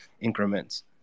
increments